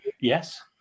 Yes